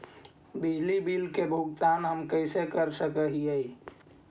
बिजली बिल के भुगतान हम कैसे कर सक हिय?